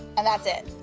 and that's it.